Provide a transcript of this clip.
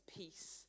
peace